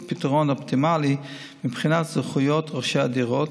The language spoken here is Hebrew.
פתרון אופטימלי מבחינת זכויות רוכשי הדירות,